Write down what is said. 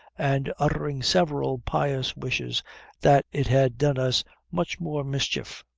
and uttering several pious wishes that it had done us much more mischief.